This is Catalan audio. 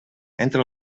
entre